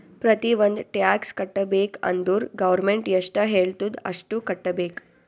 ಪ್ರತಿ ಒಂದ್ ಟ್ಯಾಕ್ಸ್ ಕಟ್ಟಬೇಕ್ ಅಂದುರ್ ಗೌರ್ಮೆಂಟ್ ಎಷ್ಟ ಹೆಳ್ತುದ್ ಅಷ್ಟು ಕಟ್ಟಬೇಕ್